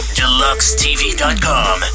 deluxetv.com